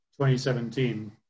2017